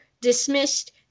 dismissed